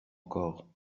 encore